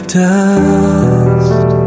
dust